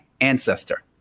ancestor